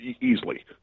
easily